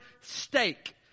stake